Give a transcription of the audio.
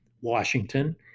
washington